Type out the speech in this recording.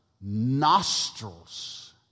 nostrils